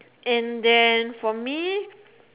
and then for me